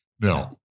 Now